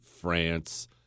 France